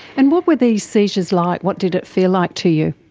and what were these seizures like, what did it feel like to you?